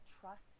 trust